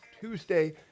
Tuesday